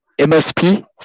MSP